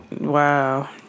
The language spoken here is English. Wow